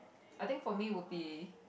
I think for me would be